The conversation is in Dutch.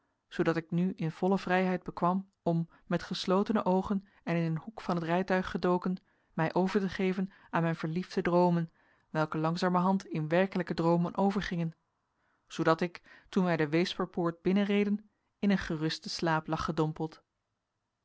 zoodat ik nu volle vrijheid bekwam om met geslotene oogen en in een hoek van het rijtuig gedoken mij over te geven aan mijn verliefde droomen welke langzamerhand in werkelijke droomen overgingen zoodat ik toen wij de weesperpoort binnenreden in een gerusten slaap lag gedompeld